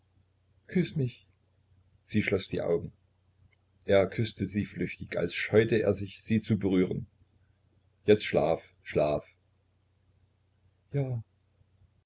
küß mich sie schloß die augen er küßte sie flüchtig als scheute er sich sie zu berühren jetzt schlaf schlaf ja